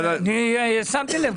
שמתי לב.